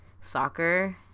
soccer